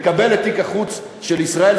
מקבל את תיק החוץ של ישראל,